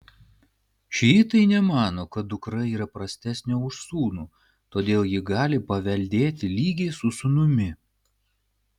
šiitai nemano kad dukra yra prastesnė už sūnų todėl ji gali paveldėti lygiai su sūnumi